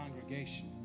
congregation